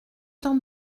temps